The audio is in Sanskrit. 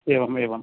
एवम् एवम्